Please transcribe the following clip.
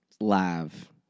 live